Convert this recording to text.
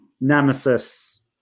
Nemesis